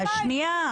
מהאופוזיציה.